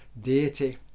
deity